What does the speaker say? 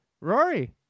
Rory